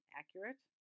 accurate